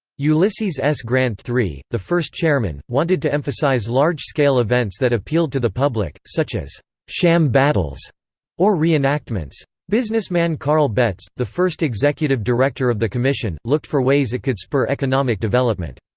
ulysses s. grant iii, the first chairman, wanted to emphasize large-scale events that appealed to the public, such as sham battles or reenactments. businessman karl betts, the first executive director of the commission, looked for ways it could spur economic development.